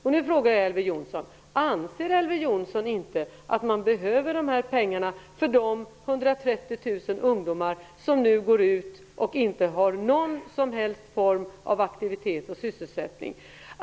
Jag frågar Elver Jonsson: Anser inte Elver Jonsson att man behöver dessa pengar för de 130 000 ungdomar som nu är utan någon som helst form av aktivitet eller sysselsättning?